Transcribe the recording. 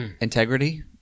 integrity